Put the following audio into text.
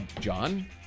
John